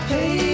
Hey